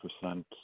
percent